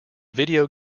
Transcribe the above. video